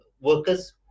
workers